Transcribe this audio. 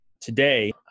Today